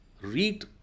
read